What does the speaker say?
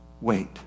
Wait